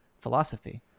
philosophy